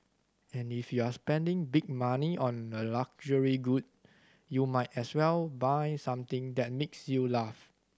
and if you're spending big money on a luxury good you might as well buy something that makes you laugh